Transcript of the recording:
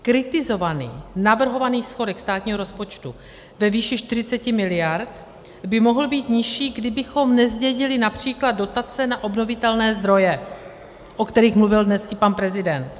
Kritizovaný navrhovaný schodek státního rozpočtu ve výši 40 mld. by mohl být nižší, kdybychom nezdědili například dotace na obnovitelné zdroje, o kterých mluvil dnes i pan prezident.